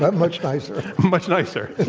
but much nicer. much nicer?